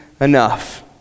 enough